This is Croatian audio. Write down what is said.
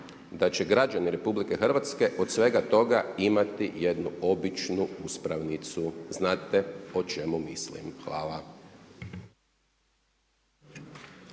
da će građani Republike Hrvatske od svega toga imati jednu običnu uspravnicu, znate o čemu mislim. Hvala.